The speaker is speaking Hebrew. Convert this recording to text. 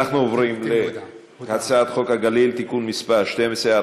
ואנחנו עוברים להצעת חוק הגליל, רבותי.